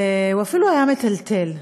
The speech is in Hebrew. והוא אפילו היה מטלטל.